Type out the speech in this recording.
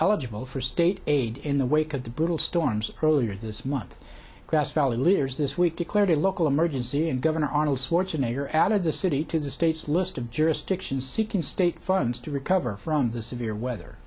eligible for state aid in the wake of the brutal storms earlier this month grass valley leaders this week declared a local emergency and governor arnold schwarzenegger added the city to the state's list of jurisdictions seeking state funds to recover from the severe weather